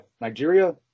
Nigeria